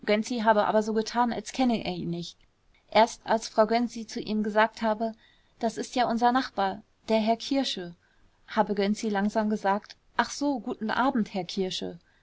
habe aber so getan als kenne er ihn nicht erst als frau gönczi zu ihm gesagt habe das ist ja unser nachbar der herr kierschel habe gönczi langsam gesagt ach so guten abend herr kiersche